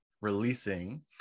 releasing